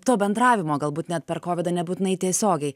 to bendravimo galbūt net per kovidą nebūtinai tiesiogiai